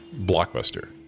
Blockbuster